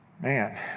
Man